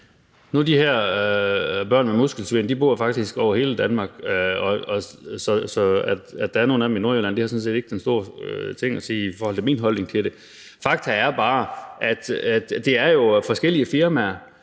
De her børn med muskelsvind bor faktisk over hele Danmark, så at der er nogle af dem i Nordjylland, har sådan set ikke den store ting at sige i forhold til min holdning til det. Fakta er bare, at det jo er forskellige firmaer,